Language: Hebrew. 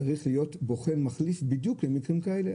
צריך להיות בוחן מחליף בדיוק למקרים כאלה,